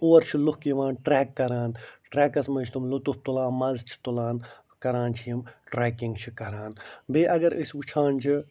اور چھِ لُکھ یِوان ٹرٛٮ۪ک کَران ٹرٛٮ۪کس منٛز چھِ تِم لُطُف تُلان مَزٕ چھِ تُلان کران چھِ یِم ٹرٛٮ۪کِنٛگ چھِ کَران بیٚیہِ اگر أسۍ وٕچھان چھِ